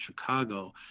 Chicago